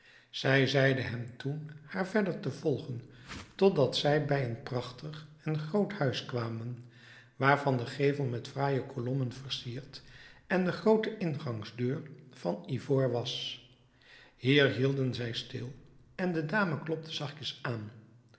zij zeide hem toen haar verder te volgen tot dat zij bij een prachtig en groot huis kwamen waarvan de gevel met fraaije kolommen versierd en de groote ingangsdeur van ivoor was hier hielden zij stil en de dame klopte zachtjes aan